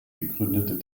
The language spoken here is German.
gegründete